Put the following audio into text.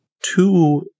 two